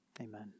amen